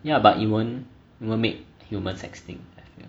yeah but it won't it won't make humans extinct I feel